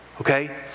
Okay